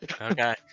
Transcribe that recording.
Okay